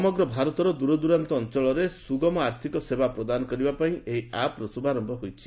ସମଗ୍ର ଭାରତର ଦୂରଦ୍ରରାନ୍ତ ଅଞ୍ଚଳରେ ସୁଗମ ଆର୍ଥକ ସେବା ପ୍ରଦାନ କରିବା ପାଇଁ ଏହି ଆପ୍ର ଶୁଭାରମ୍ଭ କରାଯାଇଛି